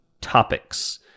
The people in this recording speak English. topics